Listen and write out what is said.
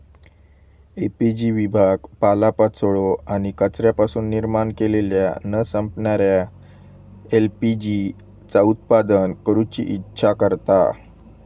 LPG विभाग पालोपाचोळो आणि कचऱ्यापासून निर्माण केलेल्या न संपणाऱ्या एल.पी.जी चा उत्पादन करूची इच्छा करता